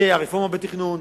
זאת הרפורמה בתכנון,